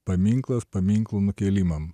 paminklas paminklų nukėlimam